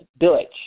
Dutch